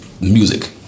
Music